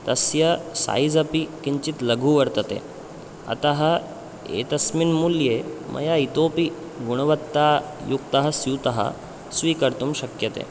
तस्य सैज़् अपि किञ्चित् लघु वर्तते अतः एतस्मिन् मूल्ये मया इतोपि गुणवत्तायुक्तः स्यूतः स्वीकर्तुं शक्यते